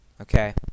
Okay